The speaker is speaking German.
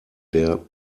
der